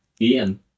Ian